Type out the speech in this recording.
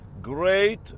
Great